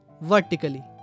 vertically